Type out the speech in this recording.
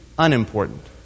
unimportant